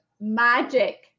magic